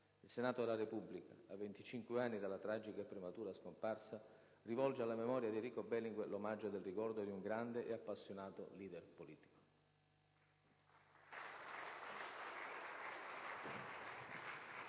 Il Senato della Repubblica, a venticinque anni dalla tragica e prematura scomparsa, rivolge alla memoria di Enrico Berlinguer l'omaggio del ricordo di un grande e appassionato leader politico.